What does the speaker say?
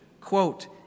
quote